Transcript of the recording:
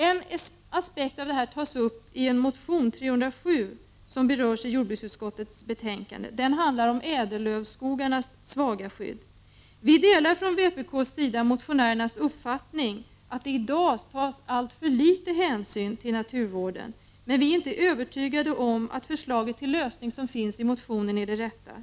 En aspekt av detta tas upp i motion 307 om ädellövsskogarnas svaga skydd. Vpk delar motionärernas uppfattning, att det i dag tas alltför litet hänsyn till naturvården. Men vi är inte övertygade om att förslaget till lösning i motionen är det rätta.